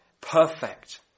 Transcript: Perfect